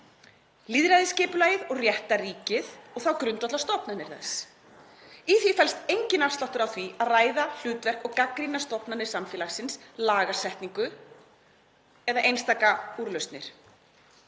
lýðræðisskipulagið og réttarríkið og þá grundvallarstofnanir þess. Í því felst enginn afsláttur af því að ræða hlutverk og gagnrýna stofnanir samfélagsins, lagasetningu, eða einstaka úrlausnir.“